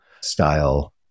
style